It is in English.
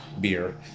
beer